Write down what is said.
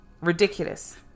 Ridiculous